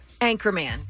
Anchorman